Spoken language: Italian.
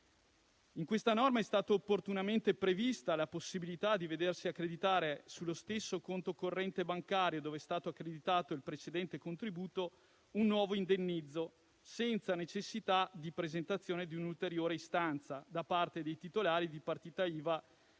In questa norma è stata opportunamente prevista la possibilità di vedersi accreditare sullo stesso conto corrente bancario dove è stato accreditato il precedente contributo un nuovo indennizzo, senza necessità di presentare un'ulteriore istanza da parte dei titolari di partita IVA